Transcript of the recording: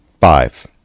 five